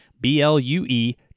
B-L-U-E